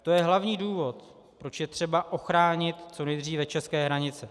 To je hlavní důvod, proč je třeba ochránit co nejdříve české hranice.